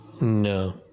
No